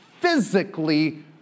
physically